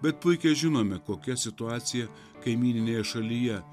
bet puikiai žinome kokia situacija kaimyninėje šalyje